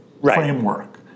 framework